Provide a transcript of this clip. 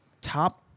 top